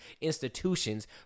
institutions